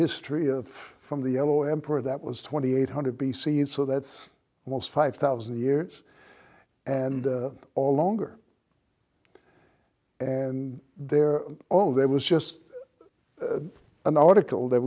history of from the yellow emperor that was twenty eight hundred b c and so that's was five thousand years and all longer and they're all there was just an article that